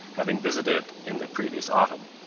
having visited it in the previous autumn.